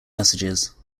messages